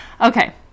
Okay